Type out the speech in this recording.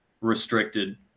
restricted